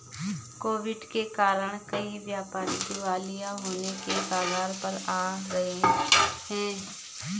Covid के कारण कई व्यापारी दिवालिया होने की कगार पर आ गए हैं